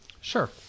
Sure